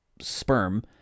sperm